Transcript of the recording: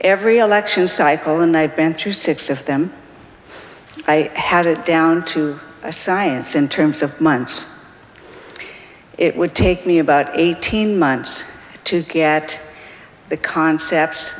every election cycle and i've been through six of them i had it down to a science in terms of months it would take me about eighteen months to get the concepts